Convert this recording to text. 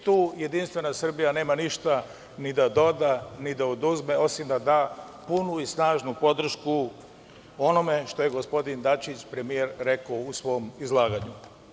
Tu jedinstvena Srbija nema ništa ni da doda, ni da oduzme, osim da da punu i snažnu podršku onome što je gospodin Dačić, premijer rekao u svom izlaganju.